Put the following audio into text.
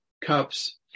cups